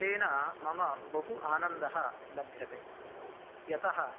तेन मम बहु आनन्दः लभ्यते यतः